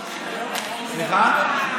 סליחה?